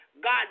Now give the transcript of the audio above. God